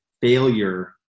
failure